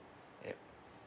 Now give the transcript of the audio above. yup